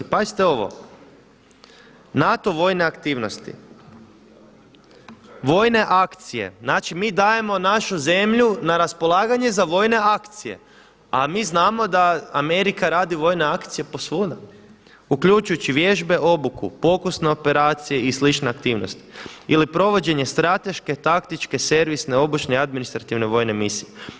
Pazite ovo, NATO vojne aktivnosti, vojne akcije, znači mi dajemo našu zemlju na raspolaganje za vojne akcije a mi znamo da Amerika radi vojne akcije po svuda, uključujući vježbe, obuku, pokusne operacije i slične aktivnosti ili provođenje strateške, taktičke, servisne, obučne i administrativne vojne misije.